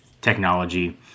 technology